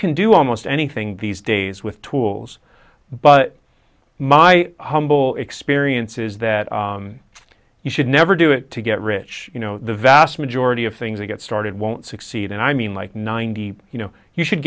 can do almost anything these days with tools but my humble experience is that you should never do it to get rich you know the vast majority of things that get started won't succeed and i mean like ninety you know you should